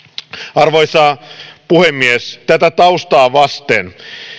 arvoisa puhemies tätä taustaa vasten